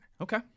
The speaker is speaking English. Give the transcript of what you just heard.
Okay